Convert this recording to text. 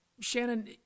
Shannon